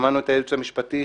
שמענו את הייעוץ המשפטי,